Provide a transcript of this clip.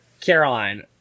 Caroline